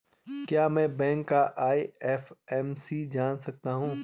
क्या मैं बैंक का आई.एफ.एम.सी जान सकता हूँ?